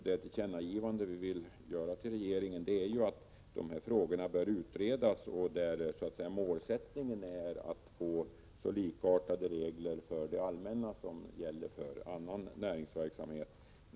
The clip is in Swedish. Det tillkännagivande vi vill göra för regeringen är ju att de här frågorna bör utredas med målsättningen att så likartade regler som möjligt skall gälla för det allmänna och för annan näringsverksamhet.